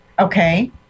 Okay